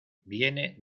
viene